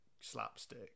slapstick